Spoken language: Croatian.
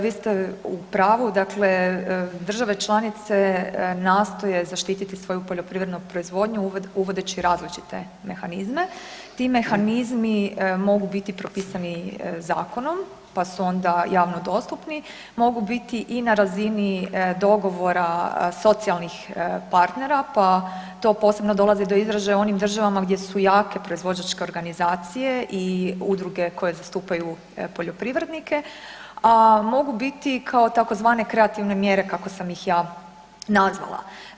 Vi ste u pravu, dakle države članice nastoje zaštititi svoju poljoprivrednu proizvodnju uvodeći različite mehanizme, ti mehanizmi mogu biti propisani zakonom pa su onda javno dostupni, mogu biti i na razini dogovora socijalnih partnera pa to posebno dolazi do izražaja u onim državama gdje su jake proizvođačke organizacije i udruge koje zastupaju poljoprivrednike a mogu biti kao tzv. kreativne mjere kako sam ih ja nazvala.